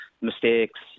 mistakes